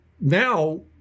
now